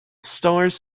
stars